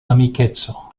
amikeco